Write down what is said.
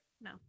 No